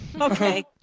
okay